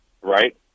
right